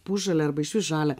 pusžalę arba išvis žalią